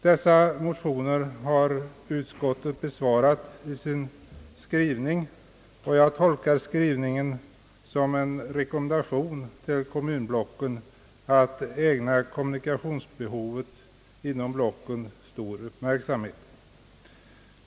Utskottet har besvarat motionerna, och jag tolkar utskottets skrivning som en rekommendation till kommunblocken att ägna kommunikationsbehovet inom blocken stor uppmärksamhet.